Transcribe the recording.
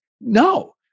No